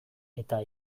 eta